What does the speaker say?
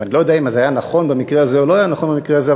אני לא יודע אם זה היה נכון במקרה הזה או לא היה נכון במקרה הזה,